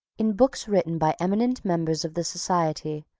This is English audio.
in books written by eminent members of the society,